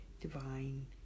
divine